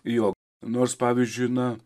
jo nors pavyzdžiui na